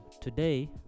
today